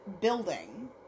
building